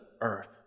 earth